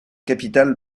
capitale